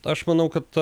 aš manau kad